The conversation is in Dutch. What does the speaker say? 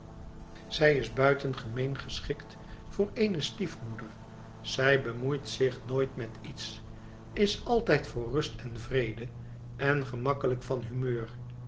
zij is buitengemeen geschikt voor eene stiefmoeder zij bemoeit zich nooit met iets is altijd voor rust en vrede en gemakkelijk van humeur